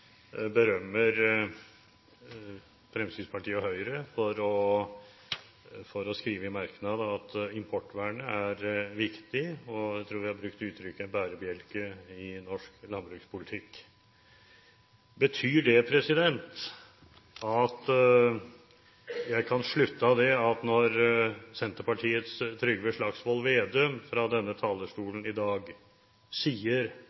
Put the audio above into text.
berømmer Fremskrittspartiet og Høyre for å skrive i merknadene at importvernet er viktig – jeg tror det er brukt uttrykket «bærebjelke» i norsk landbrukspolitikk. Betyr det at når Senterpartiets Trygve Slagsvold Vedum fra denne talerstolen i dag sier